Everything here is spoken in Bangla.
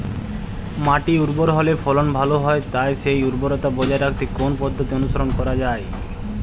মাটি উর্বর হলে ফলন ভালো হয় তাই সেই উর্বরতা বজায় রাখতে কোন পদ্ধতি অনুসরণ করা যায়?